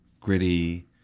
gritty